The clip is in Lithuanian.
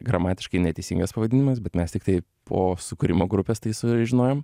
gramatiškai neteisingas pavadinimas bet mes tiktai po sukūrimo grupės tai sužinojom